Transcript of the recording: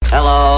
Hello